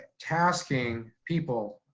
tasking people